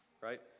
Right